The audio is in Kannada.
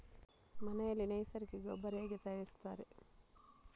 ಮನೆಯಲ್ಲಿ ನೈಸರ್ಗಿಕ ಗೊಬ್ಬರ ಹೇಗೆ ತಯಾರಿಸುತ್ತಾರೆ?